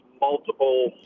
multiple